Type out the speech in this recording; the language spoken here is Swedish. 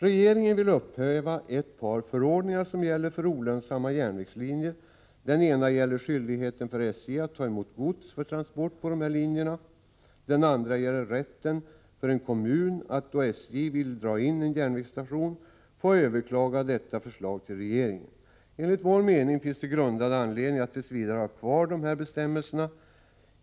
Regeringen vill upphäva ett par förordningar som gäller för olönsamma järnvägslinjer. Den ena avser skyldigheten för SJ att ta emot gods för transport på dessa linjer, den andra avser rätten för kommun att, då SJ vill dra in en järnvägsstation, överklaga detta förslag till regeringen. Enligt vår mening finns det grundad anledning att tills vidare ha kvar båda dessa bestämmelser.